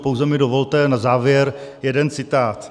Pouze mi dovolte na závěr jeden citát.